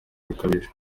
bikabije